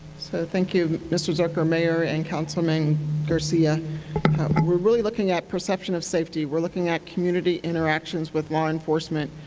so thank you mr. zuercher, mayor and councilman garcia. we are really looking at perception of safety. we are looking at community interactions with law enforcement.